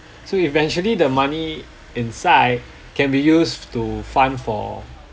so eventually the money inside can be used to fund for